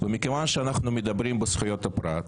מכיוון שאנחנו מדברים על זכויות הפרט,